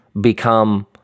become